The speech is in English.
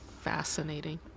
Fascinating